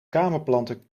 kamerplanten